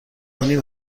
نیم